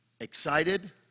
excited